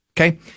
Okay